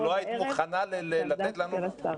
תודה.